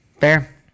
Fair